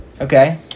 Okay